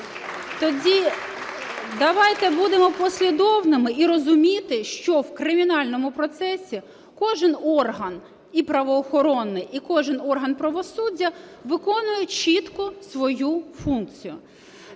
Тоді давайте будемо послідовними і розуміти, що в кримінальному процесі кожен орган правоохоронний і кожен орган правосуддя виконують чітко свою функцію.